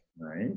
Right